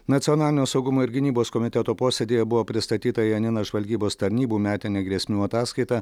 nacionalinio saugumo ir gynybos komiteto posėdyje buvo pristatyta janina žvalgybos tarnybų metinė grėsmių ataskaita